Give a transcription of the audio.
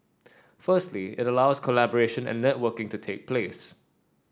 firstly it allows collaboration and networking to take place